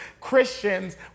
Christians